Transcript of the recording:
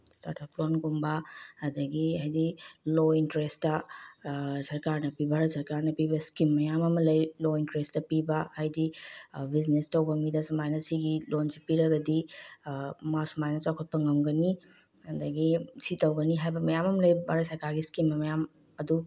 startup ꯂꯣꯟꯒꯨꯝꯕ ꯑꯗꯒꯤ ꯍꯥꯏꯗꯤ ꯂꯣ ꯏꯟꯇꯔꯦꯁꯇ ꯁꯔꯀꯥꯔꯅ ꯄꯤꯕ ꯚꯥꯔꯠ ꯁꯔꯀꯥꯔꯅ ꯄꯤꯕ ꯁ꯭ꯀꯤꯝ ꯃꯌꯥꯝ ꯑꯃ ꯂꯩ ꯂꯣ ꯏꯟꯇꯔꯦꯁꯇ ꯄꯤꯕ ꯍꯥꯏꯗꯤ ꯕꯤꯖꯤꯅꯦꯁ ꯇꯧꯕ ꯃꯤꯗ ꯁꯨꯃꯥꯏꯅ ꯁꯤꯒꯤ ꯂꯣꯟꯁꯤ ꯄꯤꯔꯒꯗꯤ ꯃꯥ ꯁꯨꯃꯥꯏꯅ ꯆꯥꯎꯈꯠꯄ ꯉꯝꯒꯅꯤ ꯑꯗꯨꯗꯒꯤ ꯁꯤ ꯇꯧꯒꯅꯤ ꯍꯥꯏꯕ ꯃꯌꯥꯝ ꯑꯃ ꯂꯩ ꯚꯥꯔꯠ ꯁꯔꯀꯥꯔꯒꯤ ꯁ꯭ꯀꯤꯝ ꯃꯌꯥꯝ ꯑꯗꯨ